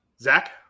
Zach